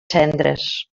cendres